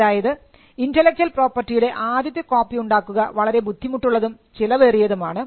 അതായത് ഇന്റെലക്ച്വൽ പ്രോപ്പർട്ടിയുടെ ആദ്യത്തെ കോപ്പി ഉണ്ടാക്കുക വളരെ ബുദ്ധിമുട്ടുള്ളതും ചിലവേറിയതും ആണ്